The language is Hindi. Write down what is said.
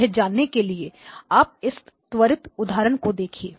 यह जानने के लिए आप इस त्वरित उदाहरण को कीजिए